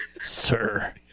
Sir